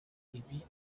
ibi